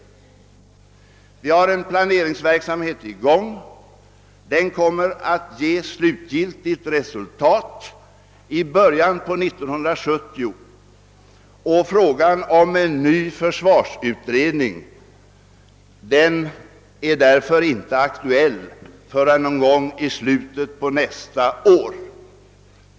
Vi har en planeringsverksamhet i gång, som kommer att ge slutgiltigt resultat i början av 1971. Frågan om en ny försvarsutredning bör därför inte bli aktuell förrän i slutet av nästa år.